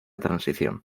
transición